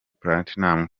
platinum